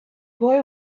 boy